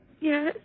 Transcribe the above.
Yes